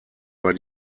war